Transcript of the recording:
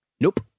Nope